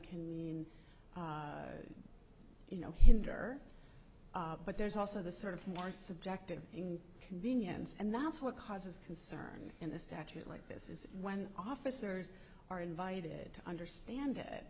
can mean you know hinder but there's also the sort of more subjective convenience and that's what causes concern in the statute like this is when officers are invited to understand it